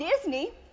Disney